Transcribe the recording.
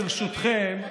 ברשותכם,